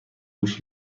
گوش